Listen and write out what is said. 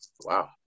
Wow